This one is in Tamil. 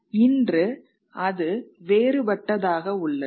இன்று அது வேறுபட்டதாக உள்ளது